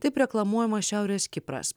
taip reklamuojamas šiaurės kipras